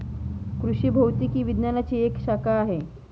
कृषि भौतिकी विज्ञानची एक शाखा आहे